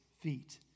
feet